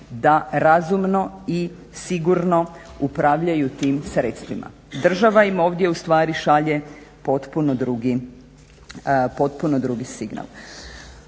da razumno i sigurno upravljaju tim sredstvima. Država im ovdje ustvari šalje potpuno drugi signal.